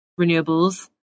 renewables